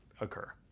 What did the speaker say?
occur